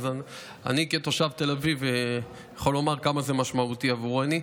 אני כתושב תל אביב יכול לומר כמה זה משמעותי עבורנו.